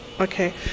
Okay